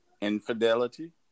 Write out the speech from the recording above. infidelity